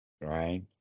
Right